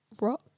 rock